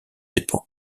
dépend